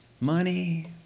Money